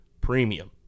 premium